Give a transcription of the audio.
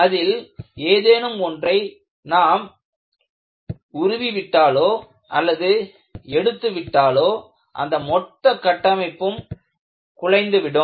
அதில் ஏதேனும் ஒன்றை நாம் உருவி விட்டாலோ அல்லது எடுத்து விட்டாலோ அந்த மொத்த கட்டமைப்பும் குலைந்துவிடும்